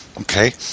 Okay